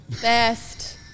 Best